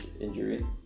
injury